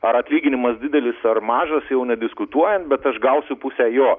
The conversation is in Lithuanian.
ar atlyginimas didelis ar mažas jau nediskutuojam bet aš gausiu pusę jo